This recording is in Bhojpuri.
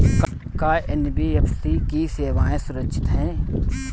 का एन.बी.एफ.सी की सेवायें सुरक्षित है?